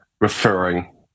referring